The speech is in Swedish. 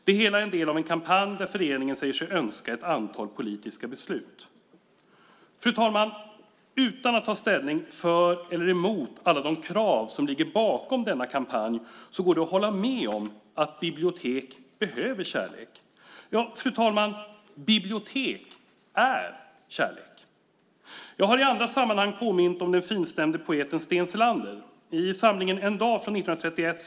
Det hela är en del av en kampanj där föreningen säger sig önska ett antal politiska beslut. Fru talman! Utan att ta ställning för eller emot alla de krav som ligger bakom denna kampanj går det att hålla med om att bibliotek behöver kärlek. Ja, fru talman, bibliotek är kärlek. Det är trevligt att kulturutskottets ledamöter väljer att här i kammaren citera olika diktfragment.